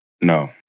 No